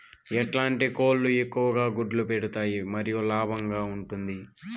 ఎట్లాంటి కోళ్ళు ఎక్కువగా గుడ్లు పెడతాయి మరియు లాభంగా ఉంటుంది?